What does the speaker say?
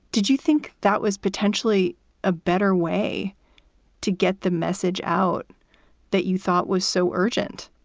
did you think that was potentially a better way to get the message out that you thought was so urgent?